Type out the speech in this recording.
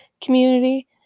community